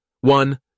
One